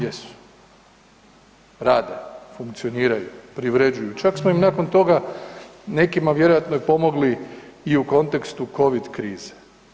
Jesu, rade, funkcioniraju, privređuju, čak smo im nakon toga nekima vjerojatno i pomogli i u kontekstu covid krize.